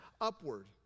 upward